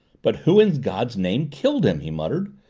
but who in god's name killed him? he muttered,